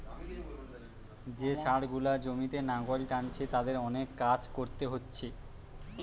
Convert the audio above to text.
যে ষাঁড় গুলা জমিতে লাঙ্গল টানছে তাদের অনেক কাজ কোরতে হচ্ছে